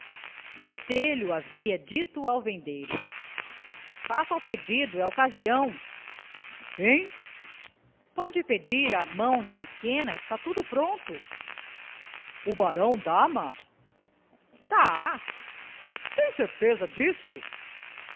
botelho havia dito ao vendeiro faça o pedido é ocasião hein pode pedir a mão da pequena está tudo pronto o barão dá ma dá tem certeza disso